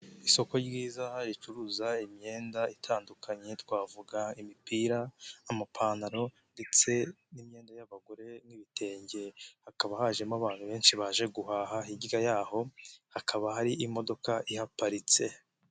Isoko ry'iyiza ricuruza imyenda itandukanye twavuga imipira, amapantaro ndetse n'imyenda y'abagore n'ibitenge, hakaba hajemo abantu benshi baje guhaha, hirya yaho hakaba hari imodoka ihaparitse.